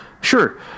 sure